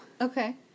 Okay